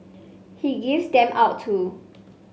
he gives them out too